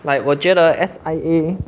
like 我觉得 S_I_A